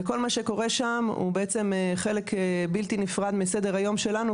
וכל מה שקורה שם הוא בעצם חלק בלתי נפרד מסדר היום שלנו,